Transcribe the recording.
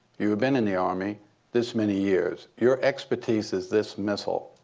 you have been in the army this many years. your expertise is this missile.